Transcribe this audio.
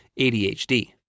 ADHD